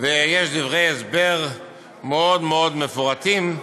ויש דברי הסבר מאוד מאוד מפורטים,